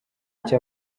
iki